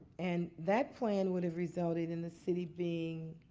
and that plan would have resulted in the city being